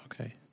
okay